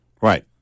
Right